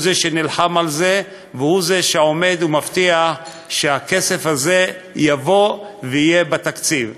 הוא זה שנלחם על זה והוא זה שעומד ומבטיח שהכסף הזה יבוא ויהיה בתקציב.